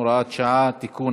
הוראת שעה) (תיקון),